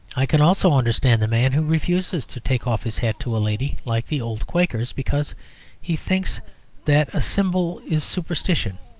i can also understand the man who refuses to take off his hat to a lady, like the old quakers, because he thinks that a symbol is superstition.